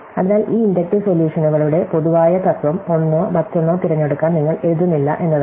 അതിനാൽ ഈ ഇൻഡക്റ്റീവ് സൊല്യൂഷനുകളുടെ പൊതുവായ തത്വം ഒന്നോ മറ്റൊന്നോ തിരഞ്ഞെടുക്കാൻ നിങ്ങൾ എഴുതുന്നില്ല എന്നതാണ്